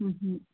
ꯎꯝ